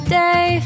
day